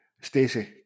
Stacey